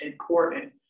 important